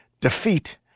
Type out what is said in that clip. defeat